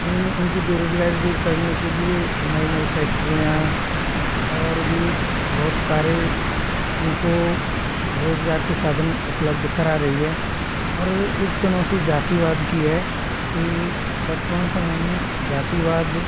इन इनकी बेरोज़गारी दूर करने के लिए नई नई फैक्ट्रियाँ और भी बहुत सारे उनको रोज़गार के साधन उपलब्ध करा रही है और एक चुनौती जातिवाद की है कि वर्तवान समय में जातिवाद